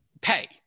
pay